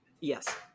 Yes